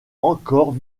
encore